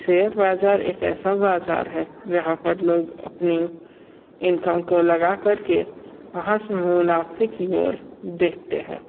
share बाज़ार एक ऐसा बाज़ार है यहाँ पर लोग अपनी इनकम को लगा कर के वहाँ से मुनाफ़े की और देखते हैं